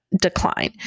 decline